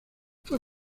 fue